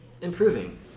improving